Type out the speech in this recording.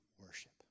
worship